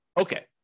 Okay